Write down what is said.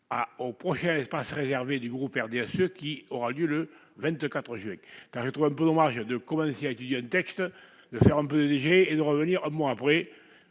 au projet, un espace réservé du groupe RDSE, qui aura lieu le 24 juin dans les trouve un peu dommage de commencer avec il y a un texte de faire un peu léger et de revenir à mon après,